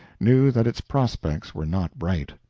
knew that its prospects were not bright.